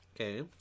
okay